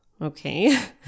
Okay